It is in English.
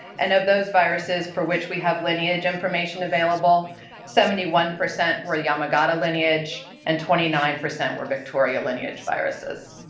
and of those viruses for which we have lineage information available seventy one percent were yamagata lineage and twenty nine percent were victoria lineage viruses.